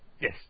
Yes